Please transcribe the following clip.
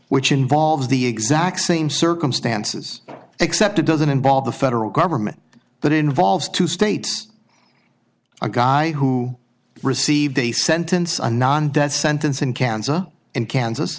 which involves the exact same circumstances except it doesn't involve the federal government that involves two states a guy who received a sentence a non death sentence in cancer in kansas